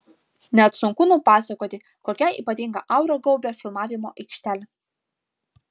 net sunku nupasakoti kokia ypatinga aura gaubia filmavimo aikštelę